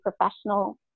professional